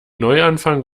neuanfang